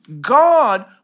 God